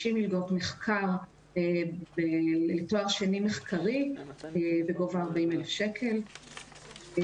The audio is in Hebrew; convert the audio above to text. מלגות מחקר לתואר שני מחקרי בגובה 40,000 שקלים.